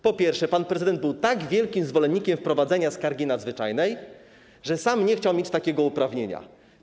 Po pierwsze, pan prezydent był tak wielkim zwolennikiem wprowadzenia skargi nadzwyczajnej, że sam nie chciał mieć takiego uprawnienia.